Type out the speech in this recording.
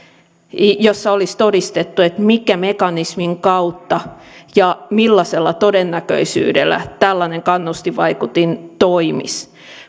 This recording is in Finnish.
jossa olisi todistettu minkä mekanismin kautta ja millaisella todennäköisyydellä tällainen kannustinvaikutin toimisi